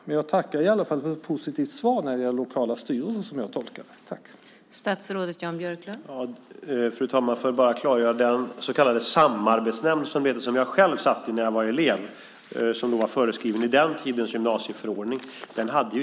Man jag tackar i alla fall för ett positivt svar när det gäller lokala styrelser, som jag tolkade det.